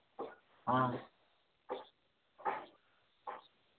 हाँ